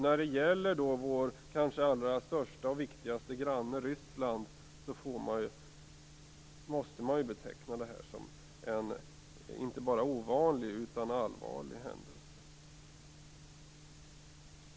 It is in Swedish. När det gäller vår kanske största och viktigaste granne, Ryssland, måste det betecknas som en inte bara ovanlig utan också allvarlig händelse.